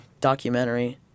documentary